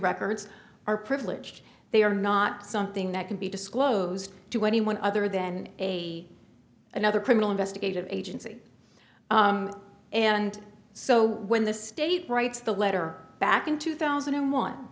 records are privileged they are not something that can be disclosed to anyone other than a another criminal investigative agency and so when the state writes the letter back in two thousand and one